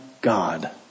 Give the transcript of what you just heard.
God